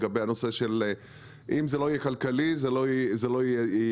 לגבי כך שאם זה לא יהיה כלכלי זה לא ייוצר.